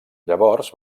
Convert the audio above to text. llavors